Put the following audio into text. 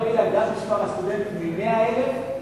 הגדילו את מספר הסטודנטים מ-100,000,